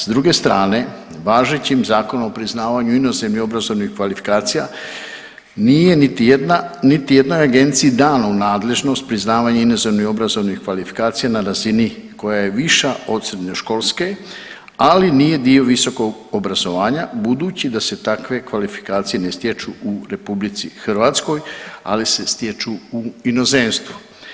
S druge strane, važećim Zakonom o priznavanju inozemnih obrazovnih kvalifikacija nije niti jedna, niti jednoj agenciji dano u nadležnost priznavanje inozemnih obrazovnih kvalifikacija na razini koja je viša od srednjoškolske, ali nije dio visokog obrazovanja budući da se takve kvalifikacije ne stječu u RH, ali se stječu u inozemstvu.